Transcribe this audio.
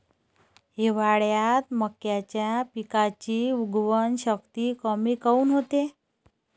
हिवाळ्यात मक्याच्या पिकाची उगवन शक्ती कमी काऊन होते?